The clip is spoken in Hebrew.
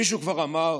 מישהו כבר אמר: